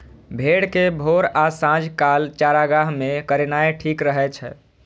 भेड़ कें भोर आ सांझ काल चारागाह मे चरेनाय ठीक रहै छै